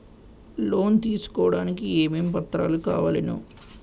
Loan తీసుకోడానికి ఏమేం పత్రాలు కావలెను?